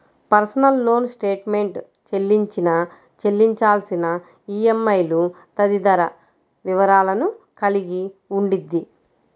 personal loan statement చెల్లించిన, చెల్లించాల్సిన ఈఎంఐలు తదితర వివరాలను కలిగి ఉండిద్ది